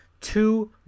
two